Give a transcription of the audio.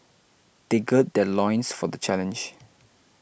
they gird their loins for the challenge